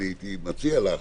הייתי מציע לך,